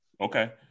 Okay